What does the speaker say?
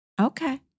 Okay